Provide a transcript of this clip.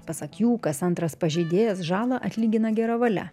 pasak jų kas antras pažeidėjas žalą atlygina gera valia